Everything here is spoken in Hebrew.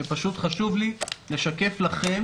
שפשוט חשוב לי לשקף לכם,